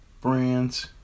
brands